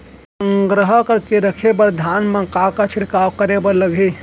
संग्रह करके रखे बर धान मा का का छिड़काव करे बर लागही?